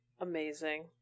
amazing